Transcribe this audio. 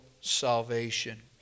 salvation